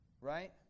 Right